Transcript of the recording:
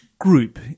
group